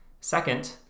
Second